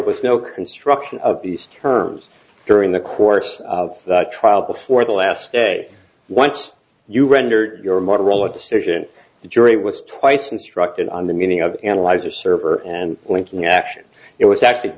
was no construction of these terms during the course of the trial before the last day once you rendered your motorola decision the jury was twice instructed on the meaning of the analyzer server and went to the action it was actually